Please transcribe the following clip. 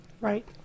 Right